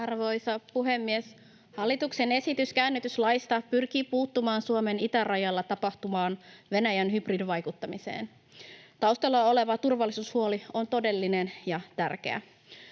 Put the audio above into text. Arvoisa puhemies! Hallituksen esitys käännytyslaista pyrkii puuttumaan Suomen itärajalla tapahtuvaan Venäjän hybridivaikuttamiseen. Taustalla oleva turvallisuushuoli on todellinen ja tärkeä.